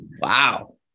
Wow